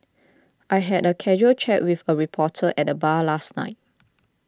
I had a casual chat with a reporter at the bar last night